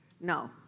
No